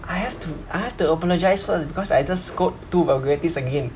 I have to I have to apologise first because I just scold two vulgarities again